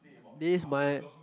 this my